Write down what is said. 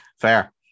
Fair